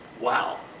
Wow